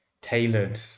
tailored